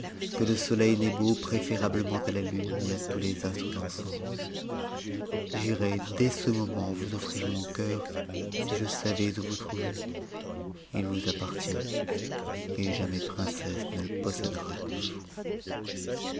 que le soleil n'est beau préférabtement à la lune et à tous les astres ensemble j'irais dès ce moment vous om ir mon cœur si je savais m vous trouver il vous appartient et jamais princesse ne te possédera que vous